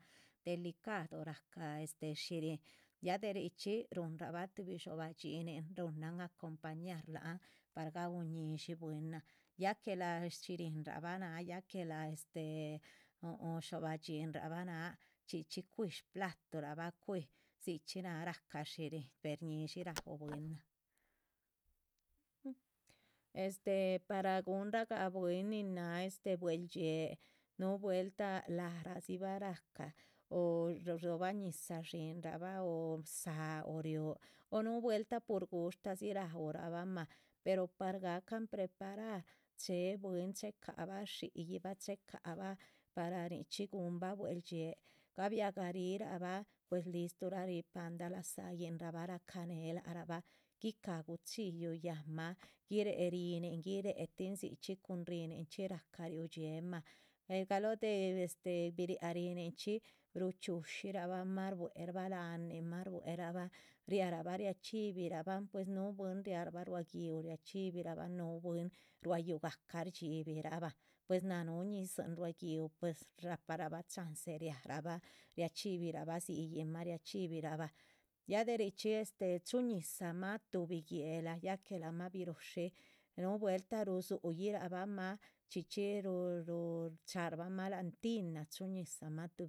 Delicadu ra´ca este shihrín ya de richxi runra´ba tu dxobah dhxín ru´nah acompañar laanh par ga´uluh ñi´dxin buiinnan ya que a shirínraba nah ya que lah uu´mh dxobah dhxín ra´ba nah chxíchi cuiíh s´platuraba cuiih chxíchi nah gacá shirín per ñi´dxi ra´ura´ban. Este para gunh´raga buiinn- ninna bue´ldxi´eeh nuh vuelta la´rasiba ra´ca o ro´bañisa dxínla´ba o zaáh o un vuelta pur gusxtasxhí ra´uurabama per par gacán preparar che buiinn- che cá´ba dxi´yiba che cá´ba para nichxí gún´ba bue´ldxi´eeh gabiagarirába pus listrurá rii palda laza´inhba racaneeh laraba guicá gu´chxiyu yanma guiréh ríhinnin guiréh tin sichxí cun ríhinninchí ráca riuchxíema gahlo de este bi´riíah ríhinninchí ru´chxíushirabama rbuerabama la´nhma rbuerabama riaraba riachxíbiraba pues un buiinn- riaraba ruá gi´uh riachxíbiraban un buiinn- ruayuhúga´ca rchxíbiraba pues naah nu ñisiin ruá gi´uh raparaba chance riaraba riachxíbiraba shxíinhmá riachxíbiraba ya de richxí este chxuñisa tuhbi guéhla ya que ama birusxhí nuvuelta ruuhsuirabama chxíchi ru cha´rahbama lanh tina chxuñisa´ma